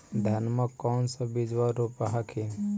धनमा कौन सा बिजबा रोप हखिन?